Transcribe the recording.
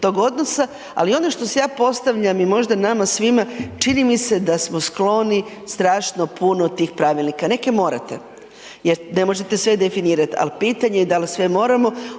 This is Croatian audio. tog odnosa, ali ono što si ja postavljam i možda nama svima, čini mi se da smo skloni strašno puno tih pravilnika, neke morate jer ne možete sve definirat, a pitanje je dal sve moramo,